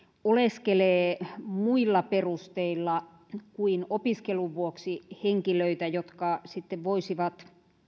oleskelee muilla perusteilla kuin opiskelun vuoksi henkilöitä jotka sitten voisivat